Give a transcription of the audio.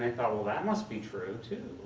thought, well, that must be true, too.